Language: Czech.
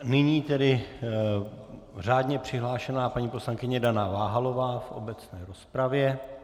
Nyní tedy řádně přihlášená paní poslankyně Dana Váhalová v obecné rozpravě.